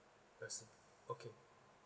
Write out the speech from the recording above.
vaccine okay